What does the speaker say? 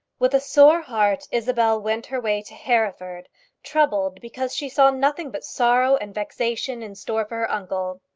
with a sore heart isabel went her way to hereford troubled because she saw nothing but sorrow and vexation in store for her uncle.